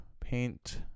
paint